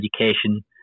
education